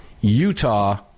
Utah